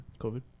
COVID